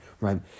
right